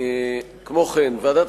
ועדת